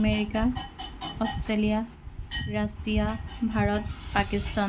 America Australia Russia Bharat Pakistan